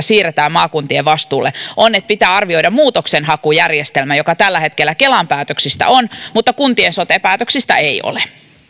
siirretään maakuntien vastuulle on että pitää arvioida muutoksenhakujärjestelmä joka tällä hetkellä kelan päätöksistä on mutta kuntien sote päätöksistä ei ole